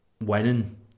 winning